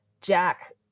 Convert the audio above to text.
Jack